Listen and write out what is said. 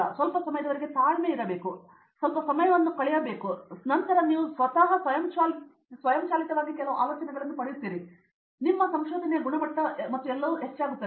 ನೀವು ಸ್ವಲ್ಪ ಸಮಯದವರೆಗೆ ತಾಳಿಕೊಳ್ಳಬೇಕು ಮತ್ತು ನಂತರ ನೀವು ಸ್ವಲ್ಪ ಸಮಯವನ್ನು ಕಳೆಯುತ್ತೀರಿ ಮತ್ತು ನಂತರ ನೀವು ಸ್ವತಃ ಸ್ವಯಂಚಾಲಿತವಾಗಿ ಕೆಲವು ಆಲೋಚನೆಗಳನ್ನು ಪಡೆಯುತ್ತೀರಿ ಮತ್ತು ನಂತರ ನಿಮ್ಮ ಸಂಶೋಧನೆಯ ಗುಣಮಟ್ಟ ಮತ್ತು ಎಲ್ಲವುಗಳು ಹೆಚ್ಚಾಗುತ್ತದೆ